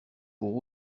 pour